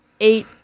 eight